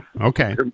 okay